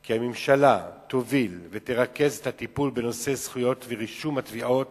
כי הממשלה תוביל ותרכז את הטיפול בנושא זכויות ורישום התביעות